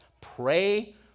pray